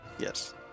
Yes